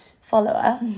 follower